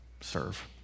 serve